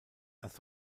das